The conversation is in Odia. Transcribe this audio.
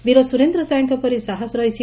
ବୀର ସୁରେନ୍ଦ ସାଏଙ୍ଙ ପରି ସାହସ ରହିଛି